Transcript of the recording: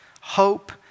Hope